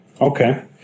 Okay